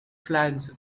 flags